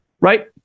right